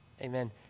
Amen